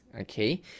Okay